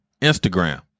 Instagram